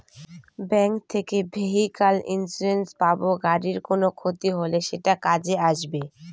bank থেকে vehicle insurance পাব গাড়ির কোনো ক্ষতি হলে সেটা কাজে আসবে